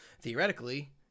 theoretically